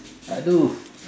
!aduh!